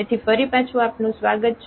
તેથી ફરી પાછું આપનું સ્વાગત છે